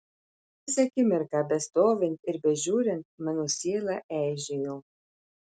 kas akimirką bestovint ir bežiūrint mano siela eižėjo